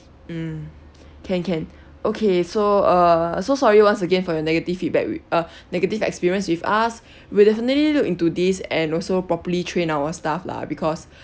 mm can can okay so uh so sorry once again for your negative feedback with uh negative experience with us we'll definitely look into this and also properly train our staff lah because